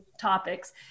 topics